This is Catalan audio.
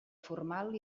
formal